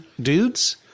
dudes